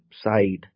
side